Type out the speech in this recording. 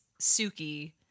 Suki